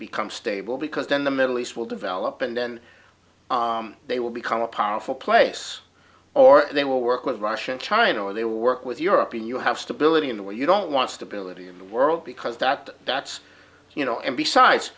become stable because then the middle east will develop and then they will become a powerful place or they will work with russia and china where they work with european you have stability in the way you don't want stability in the world because that that's you know and besides